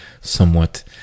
somewhat